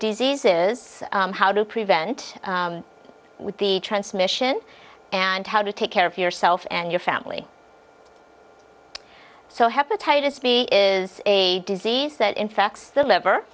disease is how to prevent with the transmission and how to take care of yourself and your family so hepatitis b is a disease that infects the liver